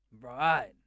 Right